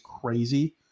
crazy